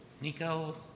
Nico